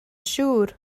siŵr